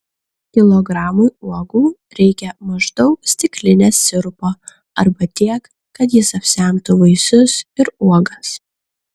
kilogramui uogų reikia maždaug stiklinės sirupo arba tiek kad jis apsemtų vaisius ir uogas